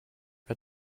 wer